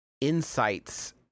insights